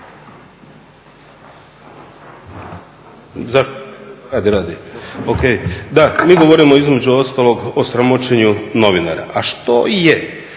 DI)** Radi, radi. Da, mi govorimo između ostalog o sramoćenju novinara. A što je